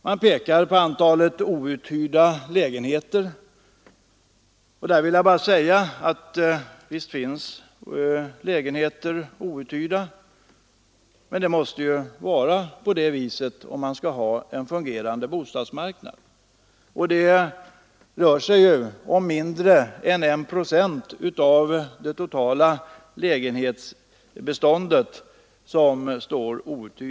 Man pekar på antalet outhyrda lägenheter. Därom vill jag bara säga att visst finns det outhyrda lägenheter, men det måste ju vara på det viset om man skall ha en fungerande bostadsmarknad. De lägenheter som står outhyrda för närvarande utgör mindre än 1 procent av det totala lägenhetsbeståndet.